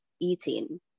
eating